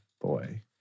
boy